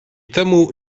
temu